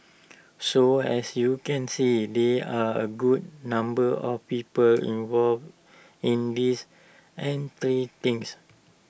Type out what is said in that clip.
so as you can see there are A good number of people involved in this entire things